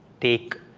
take